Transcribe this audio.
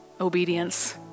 obedience